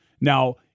Now